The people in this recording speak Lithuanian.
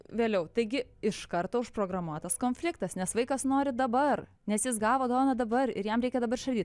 vėliau taigi iš karto užprogramuotas konfliktas nes vaikas nori dabar nes jis gavo dovaną dabar ir jam reikia dabar išardyt